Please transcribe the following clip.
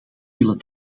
willen